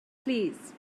plîs